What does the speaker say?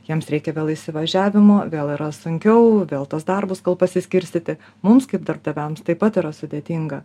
jiems reikia vėl įsivažiavimo vėl yra sunkiau vėl tuos darbus kol pasiskirstyti mums kaip darbdaviams taip pat yra sudėtinga